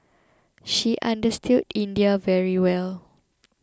she understood India very well